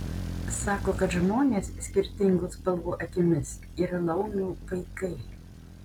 sako kad žmonės skirtingų spalvų akimis yra laumių vaikai